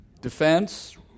defense